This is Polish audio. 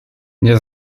nie